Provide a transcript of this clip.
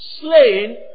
slain